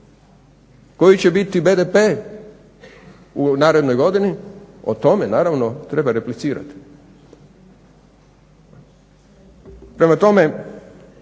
koji će biti BDP u narednoj godini, o tome naravno treba replicirati. Prema tome,